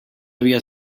havia